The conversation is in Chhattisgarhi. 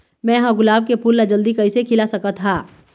मैं ह गुलाब के फूल ला जल्दी कइसे खिला सकथ हा?